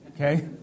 okay